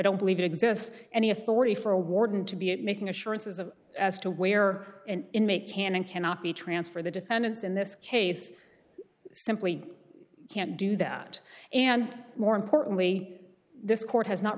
don't believe it exists any authority for a warden to be making assurances of as to where an inmate can and cannot be transferred the defendants in this case simply can't do that and more importantly this court